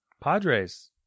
Padres